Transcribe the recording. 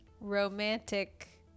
romantic